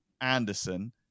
Anderson